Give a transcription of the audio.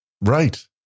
Right